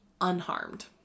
unharmed